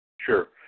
Sure